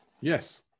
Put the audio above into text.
Yes